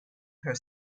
her